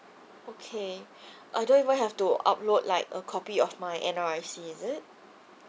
okay I don't even have to upload like a copy of my N_R_I_C is it